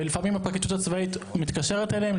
ולפעמים הפרקליטות הצבאית מתקשרת אליהם,